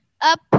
up